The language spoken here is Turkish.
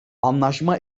anlaşma